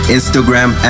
Instagram